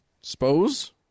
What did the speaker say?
suppose